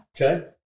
okay